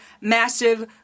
massive